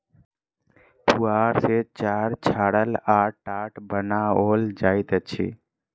पुआर सॅ चार छाड़ल आ टाट बनाओल जाइत अछि